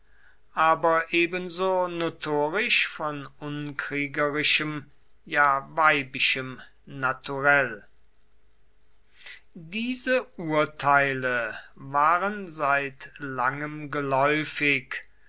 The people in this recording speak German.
aber ebenso notorisch von unkriegerischem ja weibischem naturell diese urteile waren seit langem geläufig